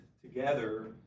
together